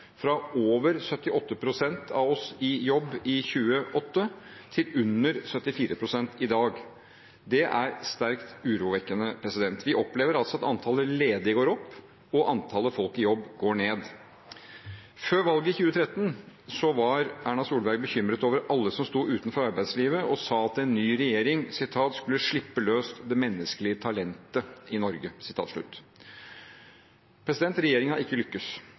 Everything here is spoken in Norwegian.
fra over 78 pst. av oss i jobb i 2008 til under 74 pst. i dag. Det er sterkt urovekkende. Vi opplever altså at antallet ledige går opp, og at antallet folk i jobb går ned. Før valget i 2013 var Erna Solberg bekymret over alle som sto utenfor arbeidslivet, og sa at en ny regjering skulle «slippe løs det menneskelige talentet i Norge».